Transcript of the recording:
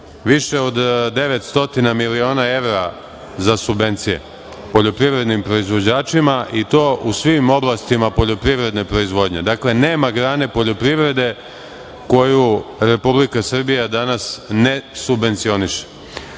više od 900 miliona evra za subvencije poljoprivrednim proizvođačima i to u svim oblastima poljoprivredne proizvodnje. Nema grane poljoprivrede koju Republika Srbija danas ne subvencioniše.